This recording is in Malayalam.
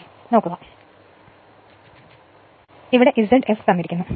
അതിനാൽ ഇത് യഥാർഥത്തിൽ Z f തന്നിരിക്കുന്നു